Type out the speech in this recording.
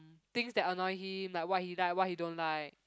things that annoy him like what he like what he don't like